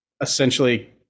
essentially